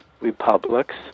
republics